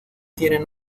tienen